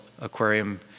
aquarium